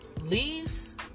leaves